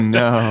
no